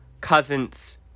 cousin's